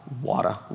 water